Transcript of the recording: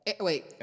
Wait